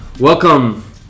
welcome